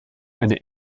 eine